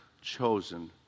chosen